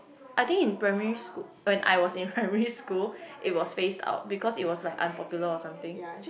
I think in primary school when I was in primary school it was phased out because it was like unpopular or something